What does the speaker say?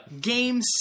Game